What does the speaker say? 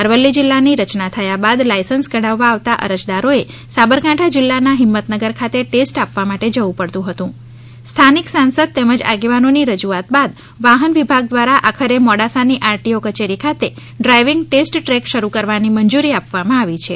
અરવલ્લી જિલ્લાની રચના થયા બાદ લાઈસન્સ કઢાવવા આવતા અરજદારોએ સાબરકાંઠા જિલ્લાના હિંમતનગર ખાતે ટેસ્ટ આપવા માટે જવું પડતું હતું સ્થાનિક સાંસદ તેમજ આગેવાનોની રજૂઆત બાદ વાહન વિભાગ દ્વારા આખરે મોડાસાની આરટીઓ કચેરી ખાતે ડ્રાઇવિંગ ટેસ્ટ ટ્રેક શરૂ કરવાની મંજૂરી આપવામાં આવી છે